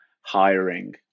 hiring